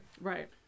Right